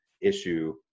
issue